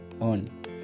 on